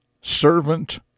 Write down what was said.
Servant